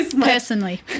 Personally